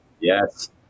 Yes